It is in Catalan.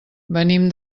venim